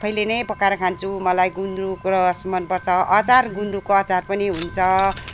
आफैले नै पकाएर खान्छु मलाई गुन्द्रुकको रस मनपर्छ अचार गुन्द्रुकको अचार पनि हुन्छ